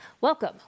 welcome